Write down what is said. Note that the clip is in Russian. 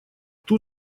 тут